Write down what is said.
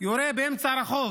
יורה באמצע הרחוב